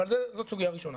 אבל זאת סוגיה ראשונה.